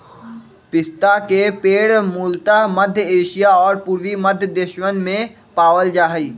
पिस्ता के पेड़ मूलतः मध्य एशिया और पूर्वी मध्य देशवन में पावल जा हई